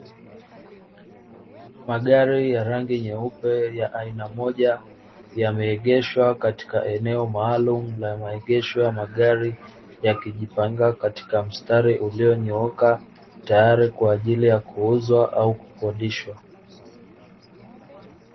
Magari ya rangi nyeupe ya aina moja yameegeshwa katika eneo maalum la maegesho ya magari, yakijipanga katika mstari ulionyooka tayari kwa ajili ya kuuzwa au kukodishwa.